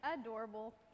adorable